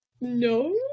No